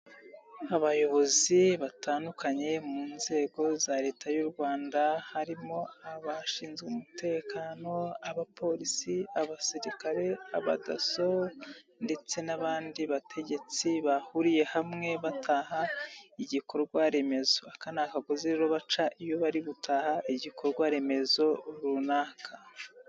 Abayobozi batandukanye mu nzego za Leta y'u rwanda harimo abashinzwe umutekano abapolisi, abasirikare aba DASSO, ndetse n'abandi bategetsi bahuriye hamwe bataha igikorwa remezo. Akana ni akagozi rero baca iyo bari gutaha igikorwa remezo runaka.